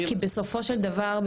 כי בסופו של דבר,